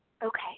Okay